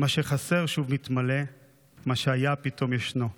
מה שחסר שוב מתמלא, מה שהיה פתאום ישנו.